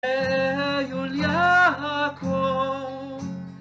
אההה, יוליאקו